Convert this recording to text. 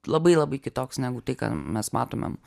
labai labai kitoks negu tai ką mes matome